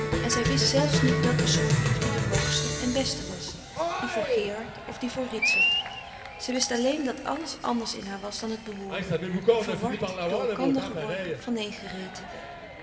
en zij wist zelfs niet welke soort liefde de hoogste en beste was die voor gerard of die voor ritsert zij wist alleen dat alles anders in haar was dan t behoorde verward door elkander geworpen vaneen gereten